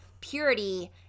purity